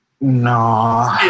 No